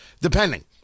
depending